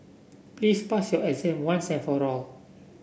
please pass your exam once and for all